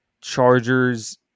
Chargers